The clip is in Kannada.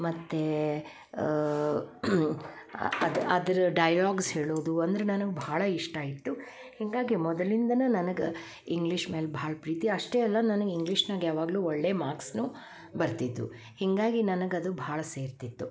ಮತ್ತು ಅದು ಅದ್ರ ಡೈಲಾಗ್ಸ್ ಹೇಳೂದು ಅಂದ್ರ ನನ್ಗ ಭಾಳ ಇಷ್ಟ ಇತ್ತು ಹೀಗಾಗಿ ಮೊದಲಿಂದನ ನನಗೆ ಇಂಗ್ಲೀಷ್ ಮೇಲೆ ಭಾಳ ಪ್ರೀತಿ ಅಷ್ಟೆ ಅಲ್ಲ ನನಗೆ ಇಂಗ್ಲೀಷ್ನ್ಯಾಗ ಯಾವಾಗಲು ಒಳ್ಳೆಯ ಮಾರ್ಕ್ಸ್ನು ಬರ್ತಿದ್ವು ಹೀಗಾಗಿ ನನಗೆ ಅದು ಭಾಳ ಸೇರ್ತಿತ್ತು